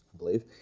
believe,